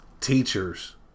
teachers